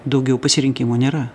daugiau pasirinkimo nėra